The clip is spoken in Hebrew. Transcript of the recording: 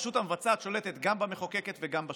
הרשות המבצעת שולטת גם במחוקקת וגם בשופטת.